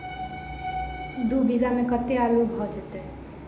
दु बीघा मे कतेक आलु भऽ जेतय?